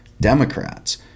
Democrats